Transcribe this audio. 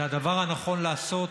זה הדבר הנכון לעשות,